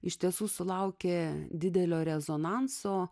iš tiesų sulaukė didelio rezonanso